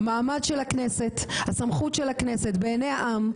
המעמד של הכנסת, הסמכות של הכנסת בעיניי העם.